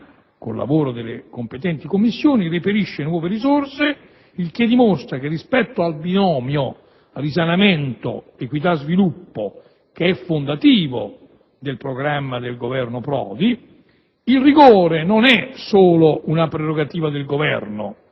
il lavoro delle competenti Commissioni, reperisce nuove risorse; il che dimostra che, rispetto al binomio risanamento, equità e sviluppo, che è fondativo del programma del Governo Prodi, il rigore non è solo una prerogativa del Governo,